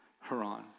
Haran